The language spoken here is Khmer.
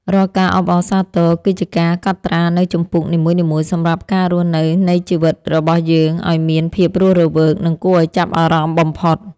រាល់ការអបអរសាទរគឺជាការកត់ត្រានូវជំពូកនីមួយៗសម្រាប់ការរស់នៅនៃជីវិតរបស់យើងឱ្យមានភាពរស់រវើកនិងគួរឱ្យចាប់អារម្មណ៍បំផុត។